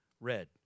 red